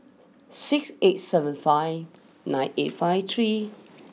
six eight seven five nine eight five three